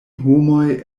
homoj